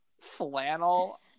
flannel